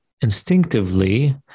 instinctively